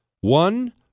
One